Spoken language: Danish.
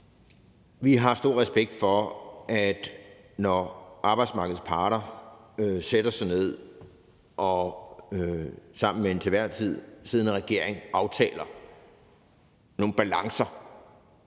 Vi har stor respekt for, at når arbejdsmarkedets parter sætter sig ned og sammen med den til enhver tid siddende regering aftaler nogle balancer,